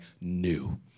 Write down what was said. new